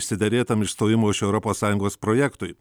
išsiderėtam išstojimo iš europos sąjungos projektui